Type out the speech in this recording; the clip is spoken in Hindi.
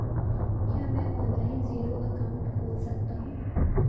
क्या मैं ऑनलाइन जीरो अकाउंट खोल सकता हूँ?